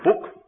book